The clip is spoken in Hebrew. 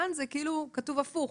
כאן זה כאילו כתוב הפוך.